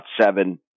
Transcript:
seven